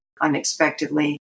unexpectedly